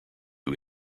who